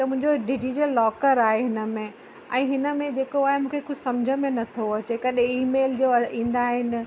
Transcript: त मुंहिंजो डिज़ीलॉकर आहे हिन में ऐं हिन में जेको आहे मूंखे कुझु समुझ में नथो अचे कॾें ईमेल जो ईंदा आहिनि